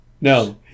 No